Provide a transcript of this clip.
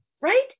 Right